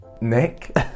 Nick